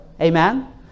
Amen